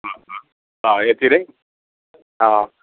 र यति नै अँ